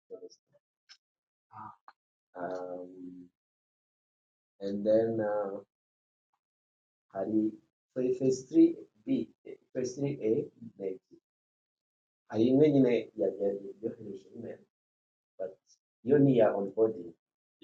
Ederena hari feresitiri bi si faresitiri eyi nyine ya nyahejima bati yo ni iya ongodi.